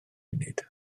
munud